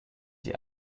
die